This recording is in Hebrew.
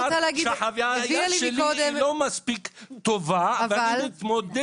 החוויה שלי לא מספיק טובה אבל אני מתמודד אתה יום יום.